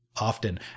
often